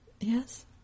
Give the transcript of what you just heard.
Yes